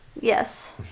Yes